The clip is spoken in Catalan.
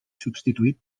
substituït